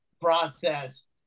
process